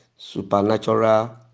supernatural